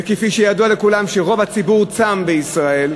וכפי שידוע לכולם, רוב הציבור בישראל צם.